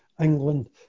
England